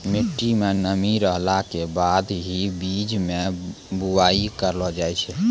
मिट्टी मं नमी रहला के बाद हीं बीज के बुआई करलो जाय छै